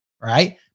Right